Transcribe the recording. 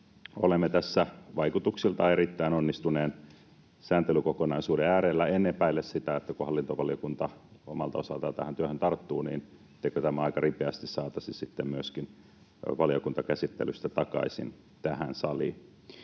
olemme tässä vaikutuksiltaan erittäin onnistuneen sääntelykokonaisuuden äärellä. Kun hallintovaliokunta omalta osaltaan tähän työhön tarttuu, en epäile, etteikö tämä aika ripeästi saataisi myöskin valiokuntakäsittelystä takaisin tähän saliin.